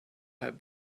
have